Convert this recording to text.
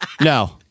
No